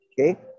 okay